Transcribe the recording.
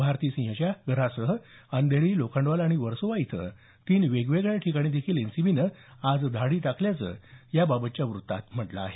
भारती सिंहच्या घरासह अंधेही लोखंडवाला आणि वर्सोवा इथं तीन वेगवेगळ्या ठिकाणी देखील एनसीबीने आज धाडी टाकल्याचं याबाबतच्या वृत्तात म्हटलं आहे